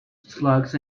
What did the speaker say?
slugs